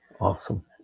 Awesome